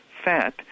fat